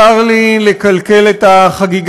צר לי לקלקל את החגיגה.